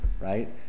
right